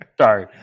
Sorry